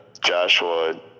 Joshua